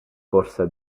corsa